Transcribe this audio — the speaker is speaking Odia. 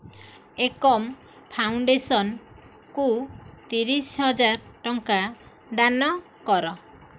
ଏକମ୍ ଫାଉଣ୍ଡେସନ୍ କୁ ତିରିଶ ହଜାର ଟଙ୍କା ଦାନ କର